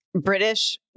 british